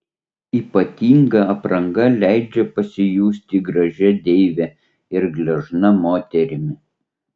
ypatinga apranga leidžia pasijusti gražia deive ir gležna moterimi